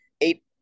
eight